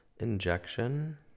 Injection